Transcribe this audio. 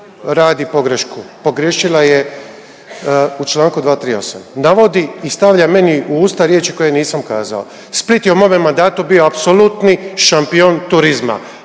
radi pogrešku. Pogriješila je u čl. 238, navodi i stavlja meni u usta riječi koje nisam kazao. Split je u mome mandatu bio apsolutni šampion turizma,